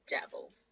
devil